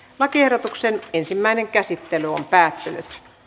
lakiehdotuksen ensimmäinen käsittely päättyi